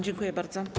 Dziękuję bardzo.